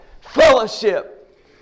fellowship